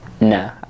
No